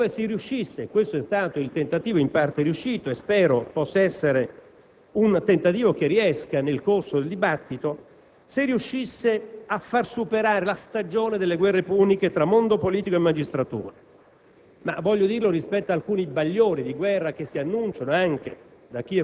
interessi certo troverebbero un quadro favorevole alla loro soddisfazione laddove si riuscisse (questo è stato il tentativo in parte riuscito e spero possa riuscire nel corso del dibattito) a far superare la stagione delle guerre puniche fra mondo politico e magistratura.